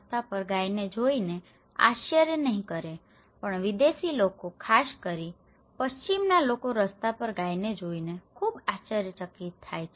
અથવા કદાચ રસ્તા પર ગાય ભારતીયો રસ્તા પર ગાયને જોઈને આશ્ચર્ય નહીં કરે પણ વિદેશી લોકો ખાસ કરીને પશ્ચિમના લોકો રસ્તા પર ગાયને જોઈને ખૂબ જ આશ્ચર્યચકિત થાય છે